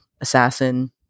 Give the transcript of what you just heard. assassin